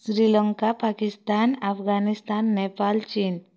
ଶ୍ରୀଲଙ୍କା ପାକିସ୍ଥାନ ଆଫଗାନିସ୍ଥାନ ନେପାଲ ଚୀନ୍